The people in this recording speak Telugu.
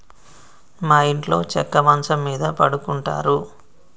మా ఇంట్లో చెక్క మంచం మీద పడుకుంటారు